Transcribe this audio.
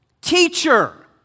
Teacher